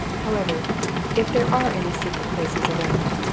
however if there are any secret places around